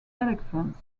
electrons